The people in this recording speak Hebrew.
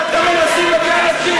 והיום יש לנו יותר צעירים.